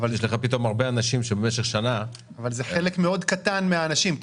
יש לך פתאום הרבה אנשים שבמשך שנה --- אבל זה חלק מאוד קטן מהאנשים,